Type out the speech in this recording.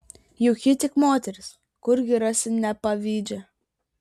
juk ji tik moteris kurgi rasi nepavydžią